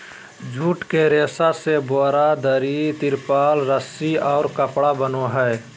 jute के रेशा से बोरा, दरी, तिरपाल, रस्सि और कपड़ा बनय हइ